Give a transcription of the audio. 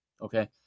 Okay